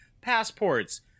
passports